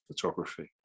photography